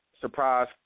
surprise